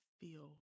feel